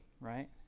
right